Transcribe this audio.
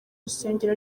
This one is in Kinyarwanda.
rusengero